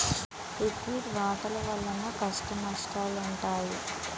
equity వాటాల వలన కష్టనష్టాలుంటాయి